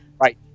Right